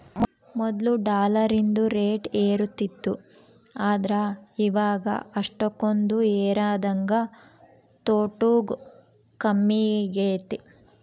ಮೊದ್ಲು ಡಾಲರಿಂದು ರೇಟ್ ಏರುತಿತ್ತು ಆದ್ರ ಇವಾಗ ಅಷ್ಟಕೊಂದು ಏರದಂಗ ತೊಟೂಗ್ ಕಮ್ಮೆಗೆತೆ